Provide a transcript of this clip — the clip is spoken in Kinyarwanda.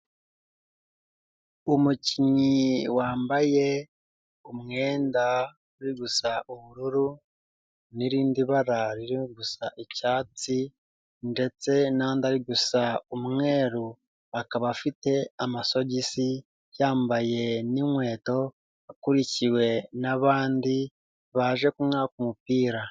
Umukinnyi wambaye umwenda uri gusa ubururu n'irindi bara riri gusa icyatsi ndetse n'andi ari gusa umweru, akaba afite amasogisi, yambaye n'inkweto, akurikiwe n'abandi baje kumwaka umupira.